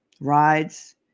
rides